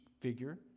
figure